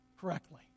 correctly